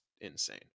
insane